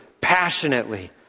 passionately